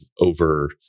over